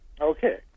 Okay